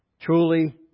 Truly